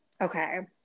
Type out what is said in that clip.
Okay